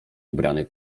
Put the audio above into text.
ubrany